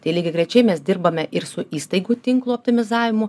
tai lygiagrečiai mes dirbame ir su įstaigų tinklo optimizavimu